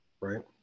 right